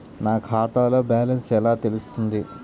నా ఖాతాలో బ్యాలెన్స్ ఎలా తెలుస్తుంది?